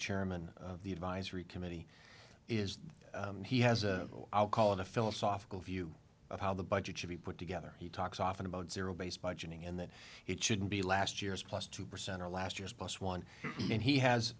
chairman of the advisory committee is that he has a i'll call it a philosophical view of how the budget should be put together he talks often about zero based budgeting and that it shouldn't be last year's plus two percent or last year's plus one and he has